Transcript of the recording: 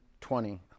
twenty